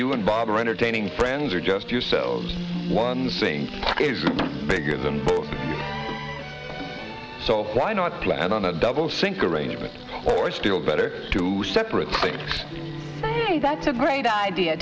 you and bob are entertaining friends or just yourselves one thing is bigger than both so why not plan on a double sync arrangement or still better to separate thinks that's a great idea